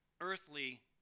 earthly